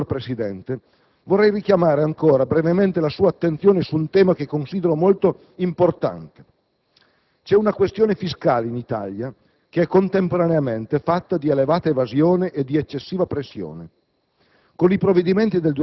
In quest'ottica, signor Presidente, vorrei richiamare ancora brevemente la sua attenzione su un tema che considero molto importante: la questione fiscale in Italia è contemporaneamente fatta di elevata evasione e di eccessiva pressione.